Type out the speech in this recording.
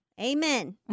Amen